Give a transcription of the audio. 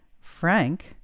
Frank